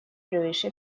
превыше